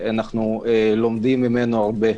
אנחנו לומדים ממנו הרבה,